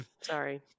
Sorry